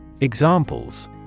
Examples